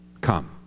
come